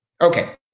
Okay